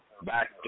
Back